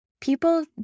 people